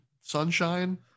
sunshine